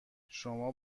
شما